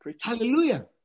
Hallelujah